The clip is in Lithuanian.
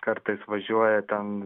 kartais važiuoja ten